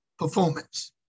Performance